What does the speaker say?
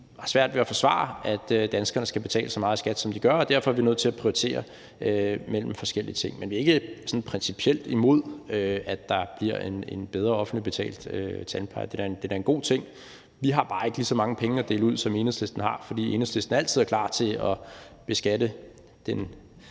vi har svært ved at forsvare, at danskerne skal betale så meget i skat, som de gør, og derfor er vi nødt til at prioritere mellem forskellige ting. Men vi er ikke principielt imod, at der bliver en bedre offentligt betalt tandpleje, for det er da en god ting, men vi har bare ikke så mange penge at dele ud, som Enhedslisten har, fordi Enhedslisten altid er klar til at beskatte den